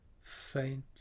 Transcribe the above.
faint